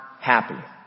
happy